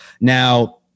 Now